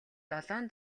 долоон